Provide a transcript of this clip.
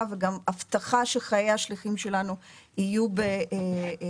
וגם הבטחה של חיי השליחים שלנו יהיו מוגנים.